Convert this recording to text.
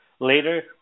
later